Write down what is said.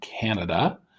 Canada